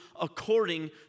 according